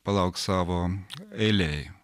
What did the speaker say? palauks savo eilėj